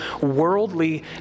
worldly